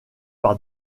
par